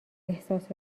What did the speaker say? احساس